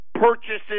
purchases